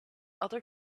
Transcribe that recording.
other